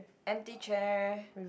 empty chair